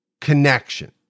connection